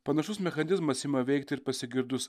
panašus mechanizmas ima veikti ir pasigirdus